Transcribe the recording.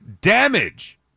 damage